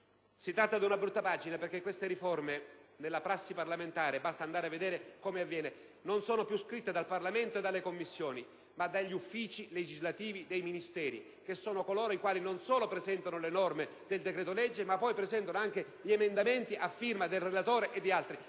Si tratta di una brutta pagina perché queste riforme nella prassi parlamentare -basta andare a vedere come avviene - non sono più scritte dal Parlamento o dalle Commissioni, ma dagli uffici legislativi dei Ministeri, che sono coloro i quali non solo presentano le norme del decreto-legge, ma poi presentano anche gli emendamenti a firma del relatore e di altri.